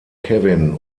kevin